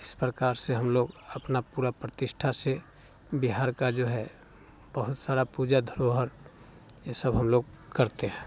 इस प्रकार से हम लोग अपना पूरा प्रतिष्ठा से बिहार का जो है बहुत सारा पूजा धरोहर ये सब हम लोग करते हैं